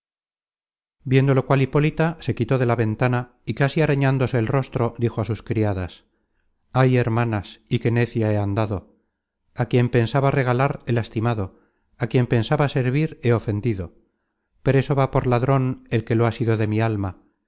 viendo lo cual hipólita se quitó de la ventana y casi arañándose el rostro dijo a sus criadas ay hermanas y qué necia he andado a quien pensaba regalar he lastimado á quien pensaba servir he ofendido preso va por ladron el que lo ha sido de mi alma